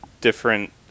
different